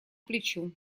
плечу